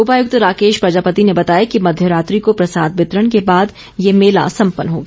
उपायुक्त राकेश प्रजापति ने बताया कि मध्य रात्रि को प्रसाद वितरण के बाद ये मेला संपन्न हो गया